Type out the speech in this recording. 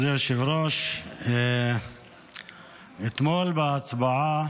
מכובדי היושב-ראש, אתמול, בהצבעה